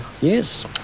Yes